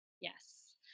Yes